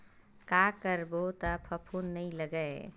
का करबो त फफूंद नहीं लगय?